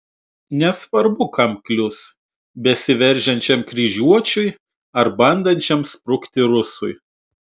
nesvarbu kam klius besiveržiančiam kryžiuočiui ar bandančiam sprukti rusui